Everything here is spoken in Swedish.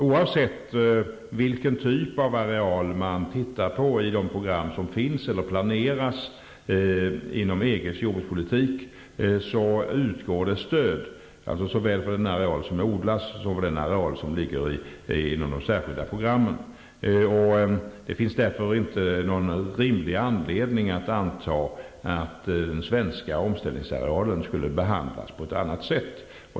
Oavsett vilken typ av areal man tittar på i de program som finns eller planeras inom EG:s jordbrukspolitik, utgår ett stöd både för den areal som odlas och den areal som används för särskilda program. Det finns därför ingen rimlig anledning att anta att den svenska omställningsarealen skulle behandlas på ett annat sätt.